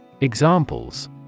Examples